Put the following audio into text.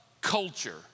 culture